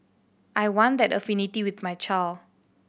I want that affinity with my child